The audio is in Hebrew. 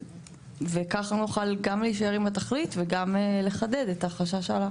וכך גם נוכל גם להישאר עם התכלית וגם לחדד את החשש שעלה.